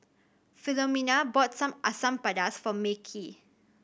Philomena bought Asam Pedas for Mekhi